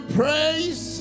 praise